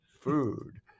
food